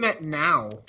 now